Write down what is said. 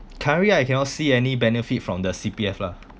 currently I cannot see any benefit from the C_P_F lah